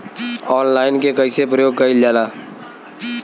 Online के कइसे प्रयोग कइल जाला?